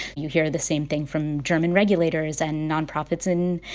you hear the same thing from german regulators and nonprofits in,